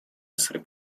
essere